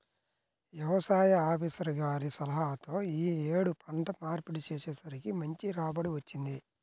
యవసాయ ఆపీసర్ గారి సలహాతో యీ యేడు పంట మార్పిడి చేసేసరికి మంచి రాబడి వచ్చింది